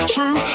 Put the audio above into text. True